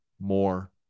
more